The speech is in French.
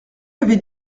avait